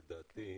לדעתי,